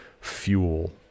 fuel